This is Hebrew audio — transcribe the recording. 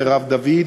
מרב דוד,